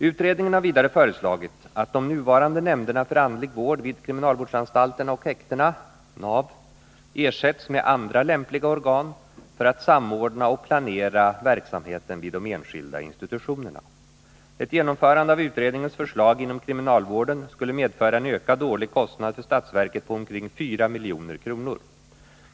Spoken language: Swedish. Utredningen har vidare föreslagit att de nuvarande nämnderna för andlig vård vid kriminalvårdsanstalterna och häktena ersätts med andra lämpliga organ för att samordna och planera verksamheten vid de enskilda institutionerna. Ett genomförande av utredningens förslag inom kriminalvården skulle medföra en ökad årlig kostnad för statsverket på omkring 4 milj.kr.